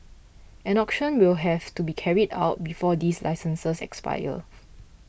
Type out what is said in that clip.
an auction will have to be carried out before these licenses expire